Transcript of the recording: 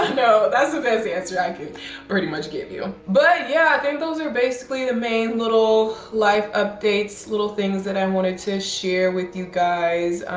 know. that's the best answer i can pretty much give you. but yeah, i think those are basically the main little life updates, little things that i wanted to share with you guys.